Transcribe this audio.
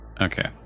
Okay